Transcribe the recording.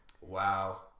Wow